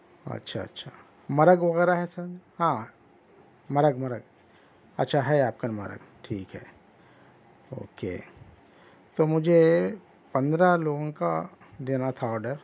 اچھا اچھا مرگ وغیرہ ہے سر ہاں مرگ مرگ اچھا ہے اپن مرگ ٹھیک ہے اوکے تو مجھے پندرہ لوگوں کا دینا تھا آرڈر